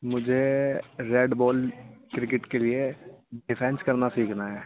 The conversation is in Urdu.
مجھ ے ریڈ بال کرکٹ کے لیے ڈیفینس کرنا سیکھنا ہے